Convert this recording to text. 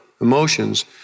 emotions